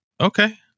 Okay